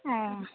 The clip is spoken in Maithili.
ओ